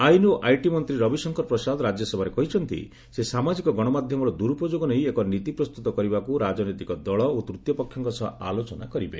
ଆଇନ୍ ଓ ଆଇଟି ମନ୍ତ୍ରୀ ରବିଶଙ୍କର ପ୍ରସାଦ ରାଜ୍ୟସଭାରେ କହିଛନ୍ତି ସେ ସାମାଜିକ ଗଣମାଧ୍ୟମର ଦୂର୍ପଯୋଗ ନେଇ ଏକ ନୀତି ପ୍ରସ୍ତତ କରିବାକୁ ରାଜନୈତିକ ଦଳ ଓ ତୂତୀୟ ପକ୍ଷଙ୍କ ସହ ଆଲୋଚନା କରିବେ